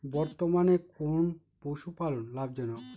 বর্তমানে কোন পশুপালন লাভজনক?